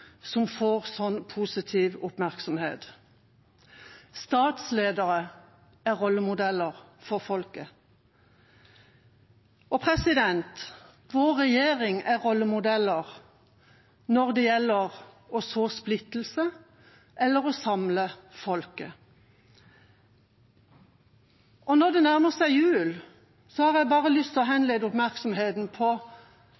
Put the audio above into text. som får sånn positiv oppmerksomhet. Statsledere er rollemodeller for folket. Vår regjering er rollemodell når det gjelder å så splittelse eller å samle folket. Når det nærmer seg jul, har jeg lyst til å